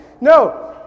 no